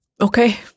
Okay